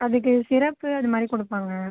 அதுக்கு சிரப்பு அதுமாதிரி கொடுப்பாங்க